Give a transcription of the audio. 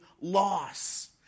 loss